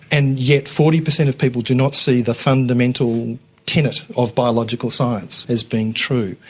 and yet forty percent of people do not see the fundamental tenet of biological science as being true.